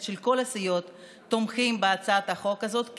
של כל הסיעות תומכים בהצעת החוק הזאת,